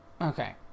Okay